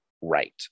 right